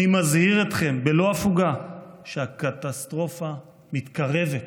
אני מזהיר אתכם בלא הפוגה שהקטסטרופה מתקרבת.